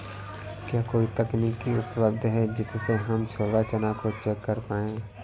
क्या कोई तकनीक उपलब्ध है जिससे हम छोला चना को चेक कर पाए?